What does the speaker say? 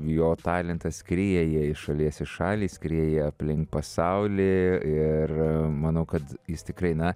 jo talentas skrieja iš šalies į šalį skrieja aplink pasaulį ir manau kad jis tikrai na